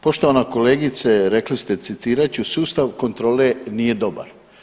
Poštovana kolegice rekli ste citirat ću, sustav kontrole nije dobar.